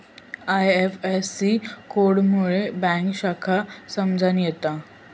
IFSC code मुळे bank शाखा समजान येता